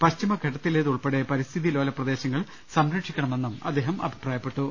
പശ്ചിമഘട്ട ത്തിലേതുൾപ്പെടെ പരിസ്ഥിതി ലോല പ്രദേശങ്ങൾ സംര ക്ഷിക്കണമെന്നും അദ്ദേഹം അഭിപ്രായപ്പെട്ടു